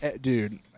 dude